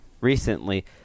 recently